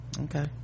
Okay